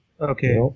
Okay